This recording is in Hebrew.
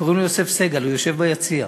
קוראים לו יוסף סגל, הוא יושב ביציע.